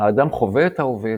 האדם חווה את ההווה,